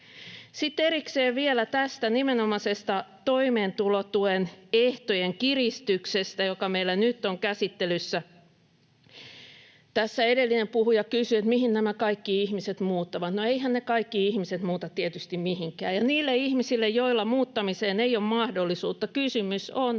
Sitten erikseen vielä tästä nimenomaisesta toimeentulotuen ehtojen kiristyksestä, joka meillä nyt on käsittelyssä. Tässä edellinen puhuja kysyi, mihin nämä kaikki ihmiset muuttavat. No, eiväthän ne kaikki ihmiset muuta tietysti mihinkään, ja niille ihmisille, joilla muuttamiseen ei ole mahdollisuutta, kysymys on